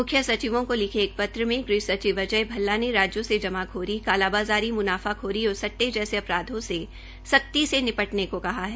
म्ख्य सचिवों को लिखे एक पत्रमें गृह सचिव अजय भल्ला ने राज्यों से जमाखोरी कालाबाज़ारी म्नाफाखोरी और सट्टे जैसे अपराधों से सख्ती से निपटने को कहा है